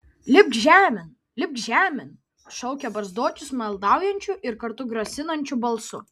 lipk žemėn lipk žemėn šaukė barzdočius maldaujančiu ir kartu grasinančiu balsu